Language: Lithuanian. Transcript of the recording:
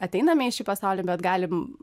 ateiname į šį pasaulį bet galim